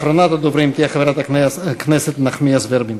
אחרונת הדוברים תהיה חברת הכנסת נחמיאס ורבין.